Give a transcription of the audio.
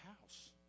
house